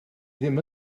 ddim